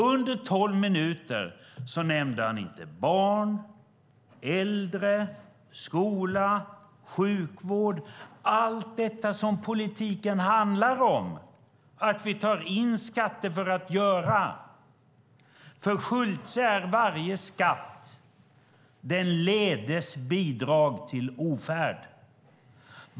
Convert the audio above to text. Under tolv minuter nämnde han inte barn, äldre, skola, sjukvård och allt det som politiken handlar om och som vi tar in skatter för att kunna göra. För Schulte är varje skatt den ledes bidrag till ofärd.